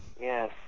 Yes